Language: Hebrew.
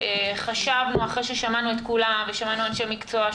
אחרי ששמענו את כולם ושמענו אנשי מקצוע,